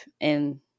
and-